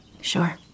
Sure